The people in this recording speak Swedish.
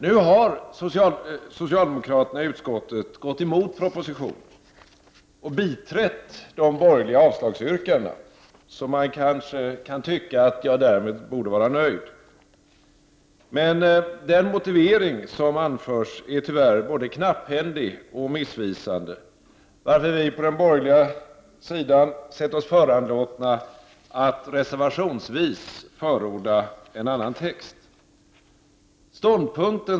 Nu har utskottets socialdemokrater gått emot propositionen och biträtt de borgerliga avslagsyrkandena, så man kan kanske tycka att jag därmed borde vara nöjd. Den motivering som anförs är dock tyvärr både knapphändig och missvisande, varför vi på den borgerliga sidan sett oss föranlåtna att reservationsvis förorda en annan text.